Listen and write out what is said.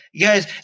guys